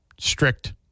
strict